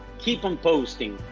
keep on posting,